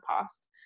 past